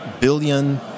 billion